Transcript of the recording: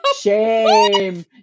Shame